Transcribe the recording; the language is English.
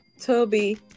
Toby